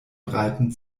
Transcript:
breiten